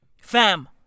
Fam